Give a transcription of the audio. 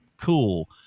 Cool